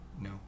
No